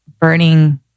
burning